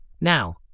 Now